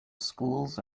schools